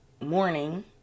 morning